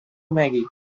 maggie